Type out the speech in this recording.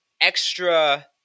extra